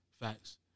Facts